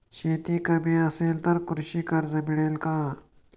शेती कमी असेल तर कृषी कर्ज मिळेल का?